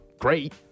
great